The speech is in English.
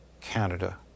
Canada